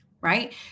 Right